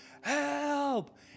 Help